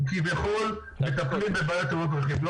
כביכול מטפלים בבעיית תאונות דרכים.